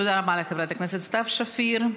תודה רבה לחברת הכנסת סתיו שפיר.